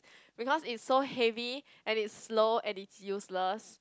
because it's so heavy and it's slow and it's useless